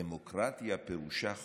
דמוקרטיה פירושה חופש.